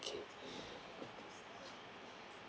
okay